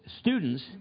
students